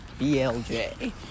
BLJ